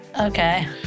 Okay